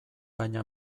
baina